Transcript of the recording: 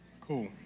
Cool